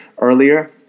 earlier